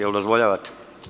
Jel dozvoljavate?